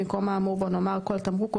במקום האמור בו נאמר "כל תמרוק",